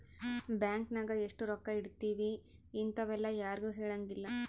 bank ನಾಗ ಎಷ್ಟ ರೊಕ್ಕ ಇಟ್ತೀವಿ ಇಂತವೆಲ್ಲ ಯಾರ್ಗು ಹೆಲಂಗಿಲ್ಲ